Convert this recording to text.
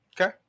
Okay